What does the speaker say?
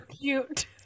cute